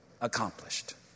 accomplished